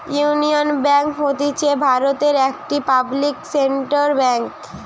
union bank হতিছে ভারতের একটি পাবলিক সেক্টর বেঙ্ক